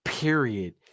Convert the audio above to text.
Period